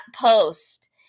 post